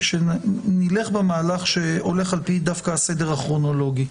נלך במהלך שהולך על פי הסדר הכרונולוגי.